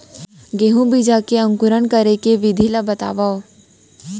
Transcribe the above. गेहूँ बीजा के अंकुरण करे के विधि बतावव?